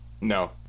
No